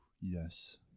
Yes